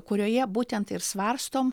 kurioje būtent ir svarstom